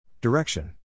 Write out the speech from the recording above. Direction